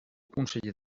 conseller